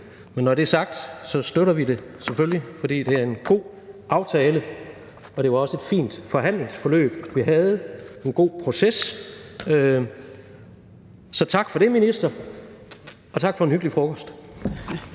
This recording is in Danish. Når det er sagt, så støtter vi det selvfølgelig, for det er en god aftale, og det var også et fint forhandlingsforløb og en god proces, vi havde. Så tak for det, minister - og tak for en hyggelig frokost.